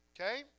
Okay